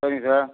சரிங்க சார்